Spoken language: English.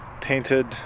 painted